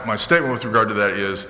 my stay with regard to that is